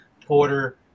Porter